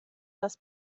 das